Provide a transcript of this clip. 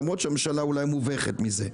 למרות שהממשלה מובכת מזה.